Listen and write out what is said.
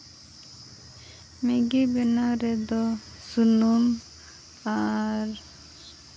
ᱢᱮᱜᱤ ᱵᱮᱱᱟᱣ ᱨᱮᱫᱚ ᱥᱩᱱᱩᱢ ᱟᱨ